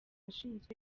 ashinzwe